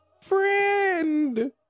Friend